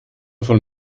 von